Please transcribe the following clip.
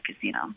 casino